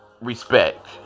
respect